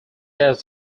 data